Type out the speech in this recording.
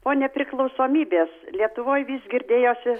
po nepriklausomybės lietuvoj vis girdėjosi